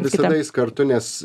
visada eis kartu nes